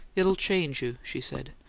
it'll change you, she said.